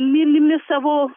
mylimi savo